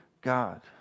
God